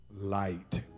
light